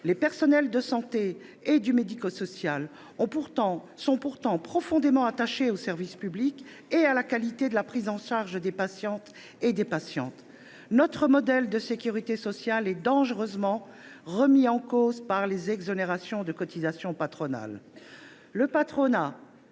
des secteurs de la santé et du médico social sont pourtant profondément attachés au service public et à la qualité de la prise en charge des patientes et des patients. Notre modèle de sécurité sociale est dangereusement remis en cause par les exonérations de cotisations patronales.